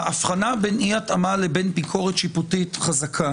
ההבחנה בין אי התאמה לבין ביקורת שיפוטית חזקה